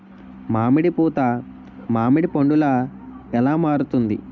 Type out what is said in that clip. మామిడి పూత మామిడి పందుల ఎలా మారుతుంది?